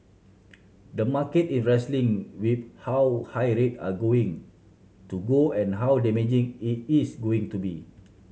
the market is wrestling with how high rate are going to go and how damaging it is going to be